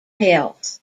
health